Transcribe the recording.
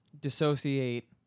dissociate